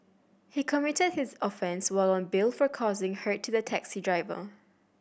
he committed his offence while on bail for causing hurt to the taxi driver